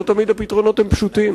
לא תמיד הפתרונות פשוטים,